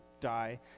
die